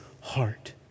heart